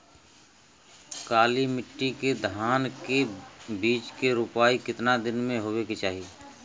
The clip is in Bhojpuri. काली मिट्टी के धान के बिज के रूपाई कितना दिन मे होवे के चाही?